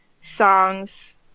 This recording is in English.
songs